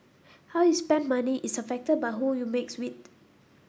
how you spend money is affected by who you mix with